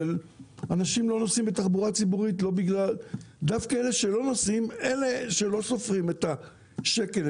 דווקא אלה שלא נוסעים בתחבורה הציבורית הם אלה שלא סופרים כל שקל.